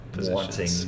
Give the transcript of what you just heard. wanting